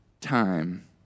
time